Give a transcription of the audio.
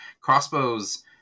Crossbows